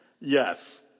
Yes